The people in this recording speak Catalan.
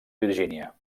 virgínia